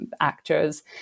actors